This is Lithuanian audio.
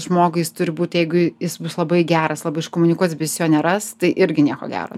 žmogui jis turi būt jeigu jis bus labai geras labai iškomunikuos jo neras tai irgi nieko gero